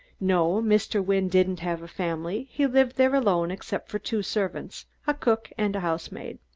no, mr. wynne didn't have a family. he lived there alone except for two servants, a cook and a housemaid.